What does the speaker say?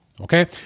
okay